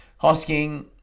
Hosking